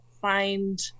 find